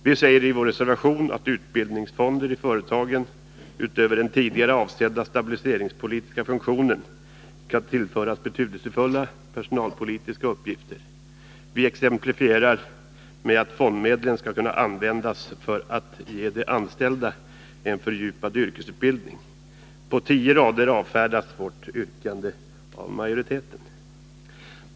Vi säger i vår reservation att utbildningsfonder i företagen utöver den tidigare avsedda stabiliseringspolitiska funktionen kan tillföras betydelsefulla personalpolitiska uppgifter. Vi exemplifierar med att fondmedlen skall kunna användas för att ge de anställda en fördjupad yrkesutbildning. På tio rader avfärdas vårt yrkande av majoriteten.